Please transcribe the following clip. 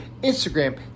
Instagram